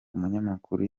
umunyamakuru